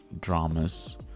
dramas